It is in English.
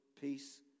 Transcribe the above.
peace